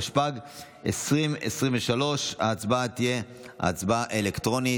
התשפ"ג 2023. ההצבעה תהיה הצבעה אלקטרונית.